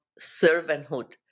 servanthood